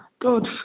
Good